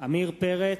עמיר פרץ,